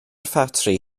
ffatri